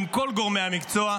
עם כל גורמי המקצוע.